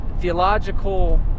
theological